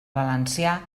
valencià